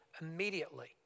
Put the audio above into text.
immediately